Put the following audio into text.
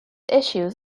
issues